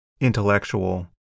intellectual